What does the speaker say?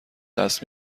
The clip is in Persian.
دست